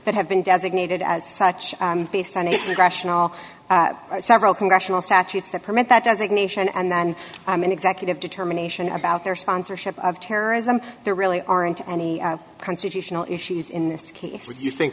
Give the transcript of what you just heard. that have been designated as such based on a rational or several congressional statutes that permit that does ignition and then i mean executive determination about their sponsorship of terrorism there really aren't any constitutional issues in this case as you think